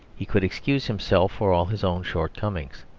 he could excuse himself for all his own shortcomings.